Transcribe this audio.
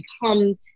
become